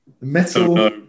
Metal